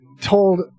told